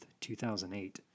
2008